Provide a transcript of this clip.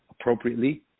appropriately